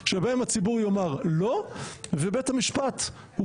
שבהן הציבור יאמר לא ובית המשפט הוא